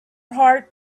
heart